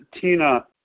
Tina